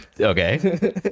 Okay